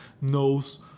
knows